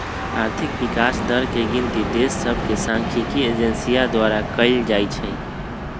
आर्थिक विकास दर के गिनति देश सभके सांख्यिकी एजेंसी द्वारा कएल जाइ छइ